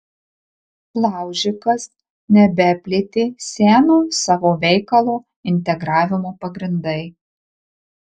laužikas nebeplėtė seno savo veikalo integravimo pagrindai